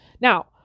Now